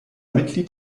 mitglied